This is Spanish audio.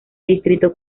distrito